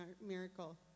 miracle